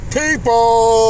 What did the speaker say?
people